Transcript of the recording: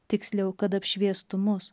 tiksliau kad apšviestų mus